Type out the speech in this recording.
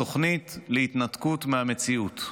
התוכנית להתנתקות מהמציאות,